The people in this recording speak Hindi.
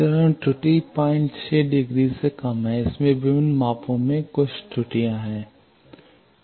चरण त्रुटि 06 डिग्री से कम है इसमें विभिन्न मापों में कुछ त्रुटियां हैं